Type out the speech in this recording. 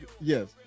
yes